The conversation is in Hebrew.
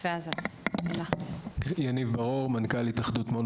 וזה דיון המשך שגם נקלע לסיטואציה המאוד